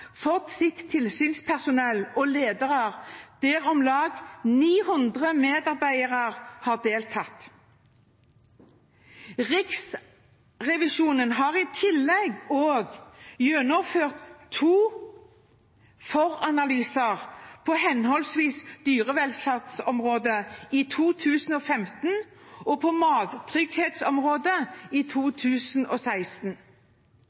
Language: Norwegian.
sitt tilsynspersonell og sine ledere, der om lag 900 medarbeidere har deltatt. Riksrevisjonen har også gjennomført to foranalyser, på henholdsvis dyrevelferdsområdet i 2015 og mattrygghetsområdet i